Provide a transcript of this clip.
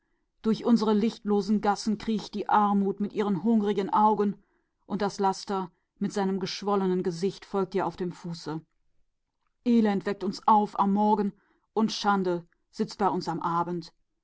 durch unsere sonnenlosen gassen schleicht die armut mit hungrigen augen und die sünde mit ihrem verquollenen antlitz folgt dicht hinter ihr das elend weckt uns am morgen und die schande sitzt bei uns